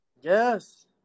Yes